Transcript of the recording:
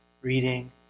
reading